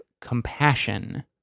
compassion